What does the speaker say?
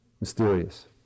mysterious